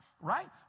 right